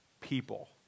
people